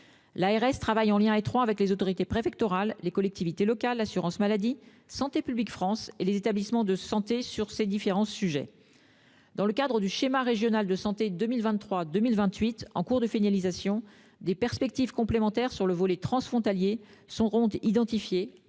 L'ARS travaille en lien étroit avec les autorités préfectorales, les collectivités locales, l'assurance maladie, Santé publique France et les établissements de santé sur ces différents sujets. Dans le cadre du schéma régional de santé 2023-2028, qui est en cours de finalisation, nous tracerons de nouvelles perspectives concernant ce volet transfrontalier : il faudra